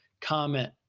comment